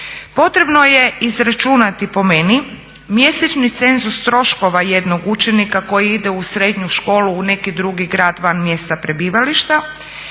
Potrebno je izračunati po meni mjesečni cenzus troškova jednog učenika koji ide u srednju školu u neki drugi grad van mjesta prebivališta.